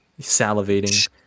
salivating